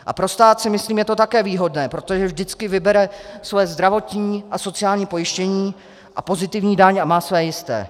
A pro stát si myslím je to také výhodné, protože vždycky vybere své zdravotní a sociální pojištění a pozitivní daň a má své jisté.